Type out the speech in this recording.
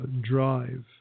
drive